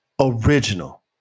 Original